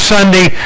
Sunday